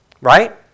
Right